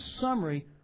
summary